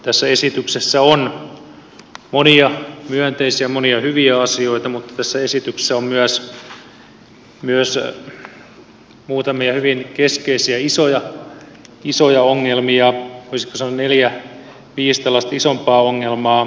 tässä esityksessä on monia myönteisiä monia hyviä asioita mutta tässä esityksessä on myös muutamia hyvin keskeisiä isoja ongelmia voisiko sanoa neljä viisi tällaista isompaa ongelmaa